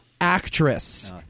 Actress